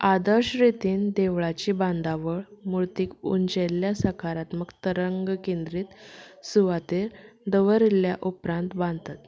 आदर्श रितीन देवळाची बांदावळ मुर्तीक उंचेल्या सकारात्मक तंरग केंद्रीत सुवातेर दवरिल्ल्या उपरांत बांदतात